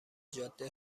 جاده